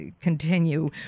continue